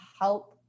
help